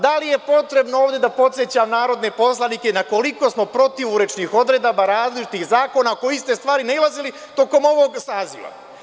Da li je potrebno ovde da podsećam narodne poslanike na koliko smo protivurečnih odredaba različitih zakona oko iste stvari nailazili tokom ovog saziva.